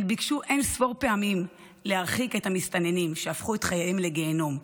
הן ביקשו אין-ספור פעמים להרחיק את המסתננים שהפכו את חייהן לגיהינום.